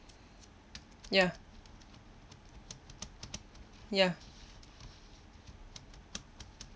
ya ya